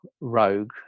rogue